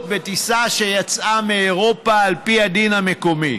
בטיסה שיצאה מאירופה על פי הדין המקומי,